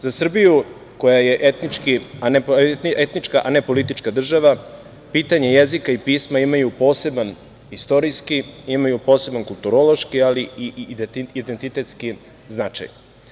Za Srbiju koja je etnička, a ne politička država, pitanje jezika i pisma imaju poseban istorijski, imaju poseban kulturološki, ali i identitetski značaj.